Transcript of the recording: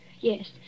Yes